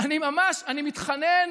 אני ממש, אני מתחנן